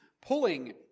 pulling